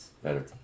Better